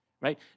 right